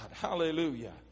Hallelujah